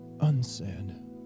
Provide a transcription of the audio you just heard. unsaid